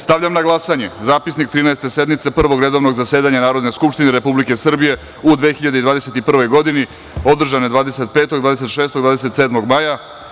Stavljam na glasanje zapisnik Trinaeste sednice Prvog redovnog zasedanja Narodne skupštine Republike Srbije u 2021. godini, održane 25, 26. i 27. maja.